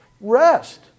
Rest